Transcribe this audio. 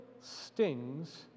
stings